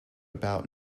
about